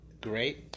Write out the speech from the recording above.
Great